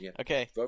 Okay